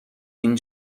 این